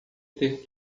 ter